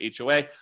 HOA